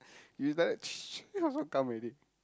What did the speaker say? you like confirm come already